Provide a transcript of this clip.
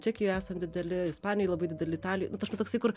čekijoj esam dideli ispanijoj labai dideli italijoj toksai kur